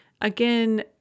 again